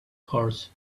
horse